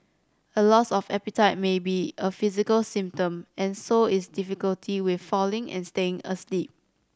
a loss of appetite may be a physical symptom and so is difficulty with falling and staying asleep